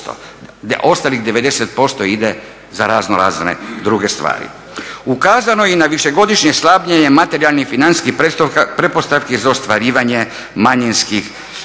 ostalih 90% ide za razno razne druge stvari. Ukazano je i na višegodišnje slabljenje materijalnih, financijskih pretpostavki za ostvarivanje manjinskih